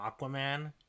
Aquaman